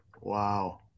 Wow